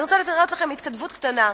אני רוצה להראות לכם התכתבות קטנה,